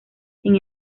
sin